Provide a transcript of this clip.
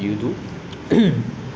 so I think I will go and be a